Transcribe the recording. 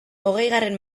hogeigarren